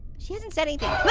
she hasn't said anything.